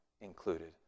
included